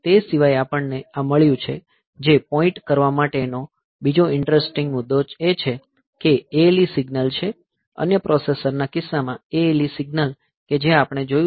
તે સિવાય આપણને આ મળ્યું છે જે પોઈન્ટ કરવા માટેનો બીજો ઈંટરેસ્ટીન્ગ મુદ્દો એ છે કે ALE સિગ્નલ છે અન્ય પ્રોસેસર્સ ના કિસ્સા માં ALE સિગ્નલ કે જે આપણે જોયું છે